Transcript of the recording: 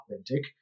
authentic